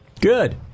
Good